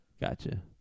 gotcha